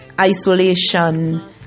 isolation